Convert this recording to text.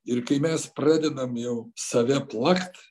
ir kai mes pradedam jau save plakt